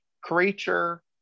creature